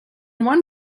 one